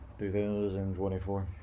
2024